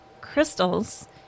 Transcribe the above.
crystals